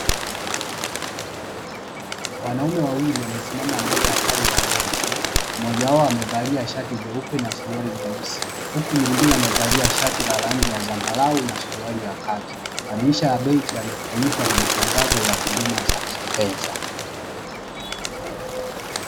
Wanaume wawili wamesimama mbele ya tawi la benki mmoja wao amevalia shati jeupe na suruali nyeusi na mwingine amevalia shati la zambarau na suruali ya kaki, madirisha benki yamefunikwa na matangazo ya huduma za kifedha.